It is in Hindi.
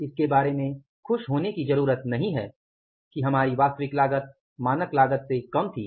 इसके बारे में खुश होने की जरूरत नहीं है कि हमारी वास्तविक लागत मानक लागत से कम थी